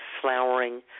flowering